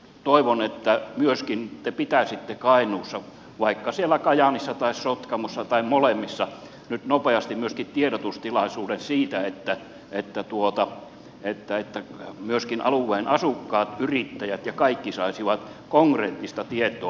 toivon että te pitäisitte kainuussa vaikka siellä kajaanissa tai sotkamossa tai molemmissa nyt nopeasti myöskin tiedotustilaisuuden siitä että myöskin alueen asukkaat yrittäjät ja kaikki saisivat konkreettista tietoa